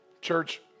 Church